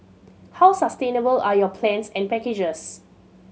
how sustainable are your plans and packages